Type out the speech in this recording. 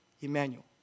Emmanuel